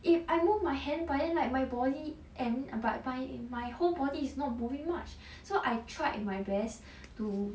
if I move my hand but then like my body and buy my my whole body is not moving much so I tried my best to